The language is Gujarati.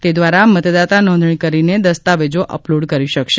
તે ધ્વારા મતદાતા નોંધણી કરીને દસ્તાવેજો અપલોડ કરી શકાશે